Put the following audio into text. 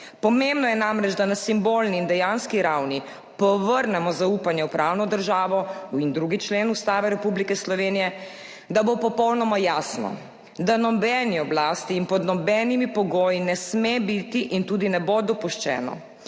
Pomembno je namreč, da na simbolni in dejanski ravni povrnemo zaupanje v pravno državo in v 2. člen Ustave Republike Slovenije, da bo popolnoma jasno, da nobeni oblasti in pod nobenimi pogoji ne sme biti in tudi ne bo dopuščeno,